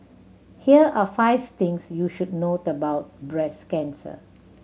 here are five things you should note about breast cancer